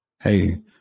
Hey